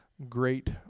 Great